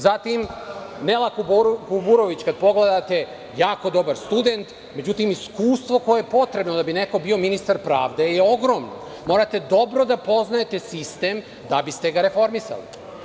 Zatim, Nela Kuburović, kada pogledate, jako dobar student, međutim, iskustvo koje je potrebno da bi neko bio ministar pravde je ogromno, morate dobro da poznajete sistem da biste ga reformisali.